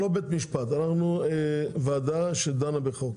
אנחנו לא בית משפט, אנחנו ועדה שדנה בחוק.